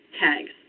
tags